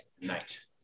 night